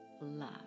love